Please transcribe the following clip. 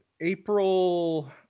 April